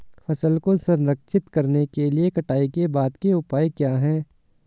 फसल को संरक्षित करने के लिए कटाई के बाद के उपाय क्या हैं?